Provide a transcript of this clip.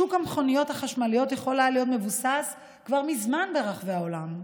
שוק המכוניות החשמליות היה יכול להיות מבוסס כבר מזמן ברחבי העולם.